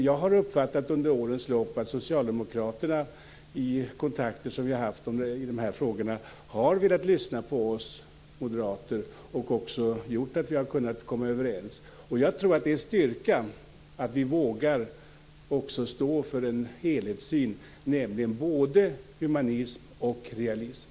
Jag har under årens lopp uppfattat att Socialdemokraterna i de kontakter som vi har haft i dessa frågor har velat lyssna på oss moderater. Det har gjort att vi också har kunnat komma överens. Jag tror att det är styrkan att vi också vågar stå för en helhetssyn, nämligen både humanism och realism.